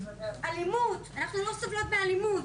לא סובלות מאלימות.